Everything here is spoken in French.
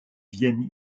viennent